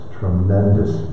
tremendous